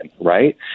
right